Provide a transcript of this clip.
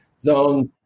zones